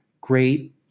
great